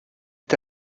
est